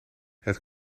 het